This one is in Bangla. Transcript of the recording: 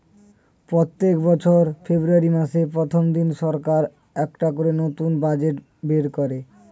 প্রত্যেক বছর ফেব্রুয়ারি মাসের প্রথম দিনে সরকার একটা করে নতুন বাজেট বের করে